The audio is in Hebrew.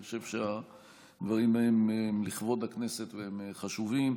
אני חושב שהדברים הם לכבוד הכנסת והם חשובים.